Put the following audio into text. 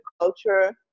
culture